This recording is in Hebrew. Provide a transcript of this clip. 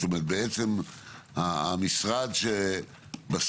זאת אומרת בעצם המשרד שבסוף